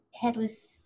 Headless